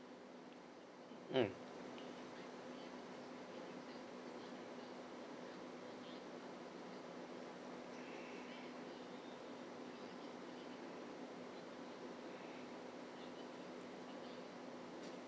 hmm